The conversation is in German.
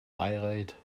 bayreuth